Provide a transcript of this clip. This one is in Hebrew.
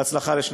בהצלחה לשניכם.